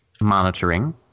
monitoring